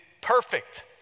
perfect